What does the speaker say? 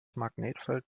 magnetfeld